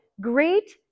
great